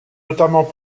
notamment